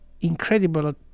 incredible